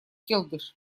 келдыш